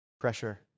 pressure